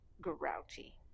grouchy